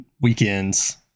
weekends